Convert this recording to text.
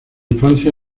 infancia